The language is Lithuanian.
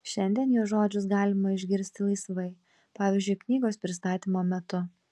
šiandien jo žodžius galima išgirsti laisvai pavyzdžiui knygos pristatymo metu